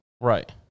Right